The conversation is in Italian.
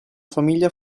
famiglia